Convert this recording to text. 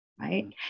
right